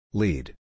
lead